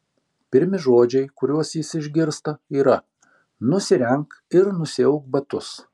pirmi žodžiai kuriuos jis išgirsta yra nusirenk ir nusiauk batus